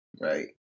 right